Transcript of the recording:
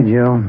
Joe